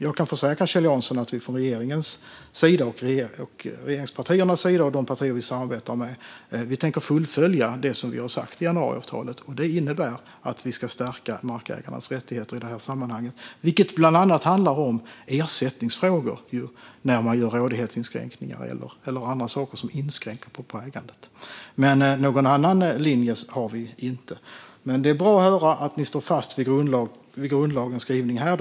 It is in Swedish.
Jag kan försäkra Kjell Jansson om att vi från regeringen och regeringspartierna, liksom de partier vi samarbetar med, tänker fullfölja det vi har sagt i januariavtalet. Det innebär att vi ska stärka markägarnas rättigheter i det här sammanhanget, och det handlar bland annat om ersättningsfrågor när man gör rådighetsinskränkningar eller andra saker som inskränker på ägandet. Någon annan linje har vi inte. Det är bra att höra att Moderaterna står fast vid grundlagens skrivning här.